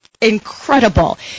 incredible